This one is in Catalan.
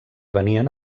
venien